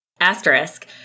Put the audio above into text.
asterisk